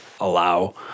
allow